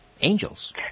angels